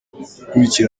gukurikira